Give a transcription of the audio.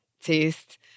Taste